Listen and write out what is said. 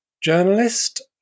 journalist